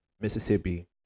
Mississippi